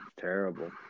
terrible